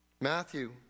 Matthew